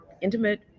intimate